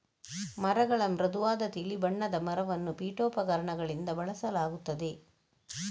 ಮರಗಳ ಮೃದುವಾದ ತಿಳಿ ಬಣ್ಣದ ಮರವನ್ನು ಪೀಠೋಪಕರಣಗಳಿಗೆ ಬಳಸಲಾಗುತ್ತದೆ